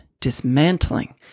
dismantling